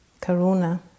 Karuna